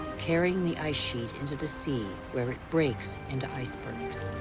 carrying the ice sheet into the sea, where it breaks into icebergs.